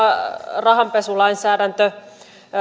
rahanpesulainsäädäntö